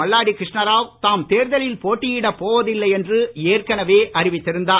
மல்லாடி கிருஷ்ணராவ் தாம் தேர்தலில் போட்டியிடப் போவதில்லை என்று ஏற்கனவே அறிவித்திருந்தார்